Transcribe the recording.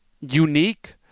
unique